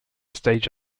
stage